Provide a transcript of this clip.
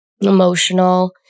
emotional